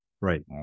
right